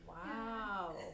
Wow